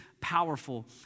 powerful